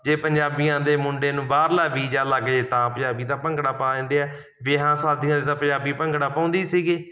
ਜੇ ਪੰਜਾਬੀਆਂ ਦੇ ਮੁੰਡੇ ਨੂੰ ਬਾਹਰਲਾ ਵੀਜ਼ਾ ਲੱਗ ਜਾਵੇ ਤਾਂ ਪੰਜਾਬੀ ਤਾਂ ਭੰਗੜਾ ਪਾ ਦਿੰਦੇ ਆ ਵਿਆਹਾਂ ਸ਼ਾਦੀਆਂ 'ਤੇ ਤਾਂ ਪੰਜਾਬੀ ਭੰਗੜਾ ਪਾਉਂਦੇ ਹੀ ਸੀਗੇ